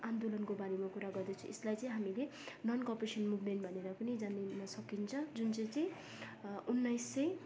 आन्दोलनको बारेमा कुरा गर्दैछु यसलाई चाहिँ हामीले नन् कोपरेसन मुभमेन्ट भनेर पनि जानिन सकिन्छ जुन चाहिँ चाहिँ उन्नाइस सय